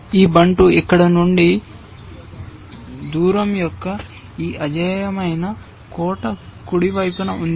ఈ బంటు ఇక్కడి నుండి దూరమయ్యాక ఈ అజేయమైన కోట కుడివైపున ఉంది